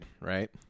right